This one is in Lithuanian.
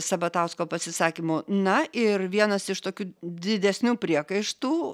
sabatausko pasisakymų na ir vienas iš tokių didesnių priekaištų